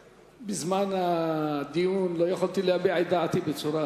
בזמן הדיון לא יכולתי להביע את דעתי בצורה